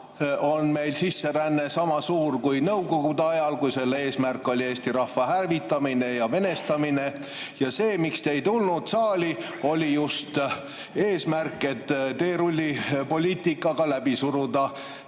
on meil sisseränne sama suur kui nõukogude ajal, kui selle eesmärk oli eesti rahva hävitamine ja venestamine. Ja see, miks te ei tulnud saali, oli just eesmärk, et teerullipoliitikaga läbi suruda